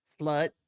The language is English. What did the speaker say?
Slut